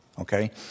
Okay